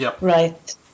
right